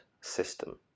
system